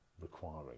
requiring